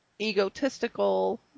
egotistical